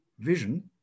Vision